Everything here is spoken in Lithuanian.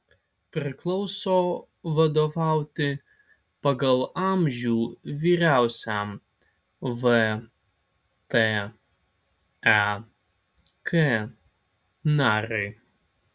priklauso vadovauti pagal amžių vyriausiam vtek nariui